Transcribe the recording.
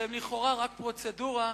שהם לכאורה רק פרוצדורה,